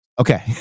Okay